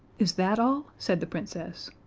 is that all? said the princess.